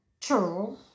True